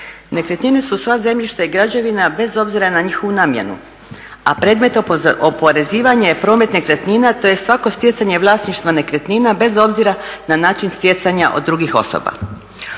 Nekretnine su sva zemljišta i građevina bez obzira na njihovu namjenu, a predmet oporezivanja je promet nekretnina tj. svako stjecanje vlasništva nekretnina bez obzira na način stjecanja od drugih osoba.